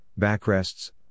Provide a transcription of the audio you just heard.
backrests